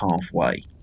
halfway